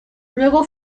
luego